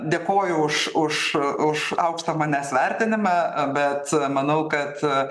dėkoju už už už aukštą manęs vertinimą bet manau kad